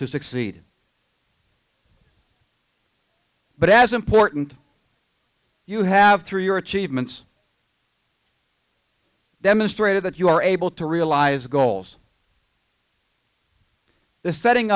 to succeed but as important you have through your achievements demonstrated that you are able to realize goals the setting